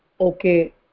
okay